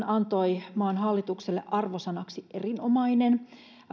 antoi maan hallitukselle arvosanaksi erinomainen